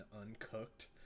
uncooked